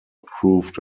approved